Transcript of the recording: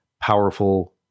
powerful